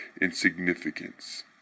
insignificance